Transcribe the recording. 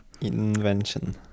invention